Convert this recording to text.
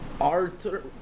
Arthur